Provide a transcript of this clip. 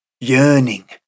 yearning